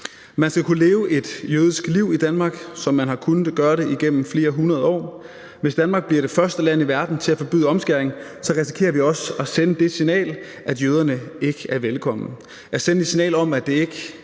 Man skal kunne leve et jødisk liv i Danmark, som man har kunnet gøre det igennem flere hundrede år. Hvis Danmark bliver det første land i verden til at forbyde omskæring, risikerer vi også at sende det signal, at jøderne ikke er velkomne